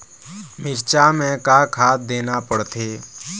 मिरचा मे का खाद देना पड़थे?